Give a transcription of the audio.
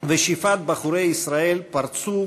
ושִפעת בחורי ישראל פרצו